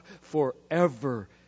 forever